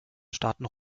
starten